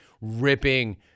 ripping